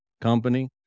company